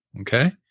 okay